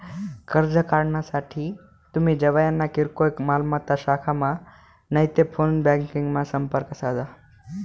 कर्ज काढानासाठे तुमी जवयना किरकोय मालमत्ता शाखामा नैते फोन ब्यांकिंगमा संपर्क साधा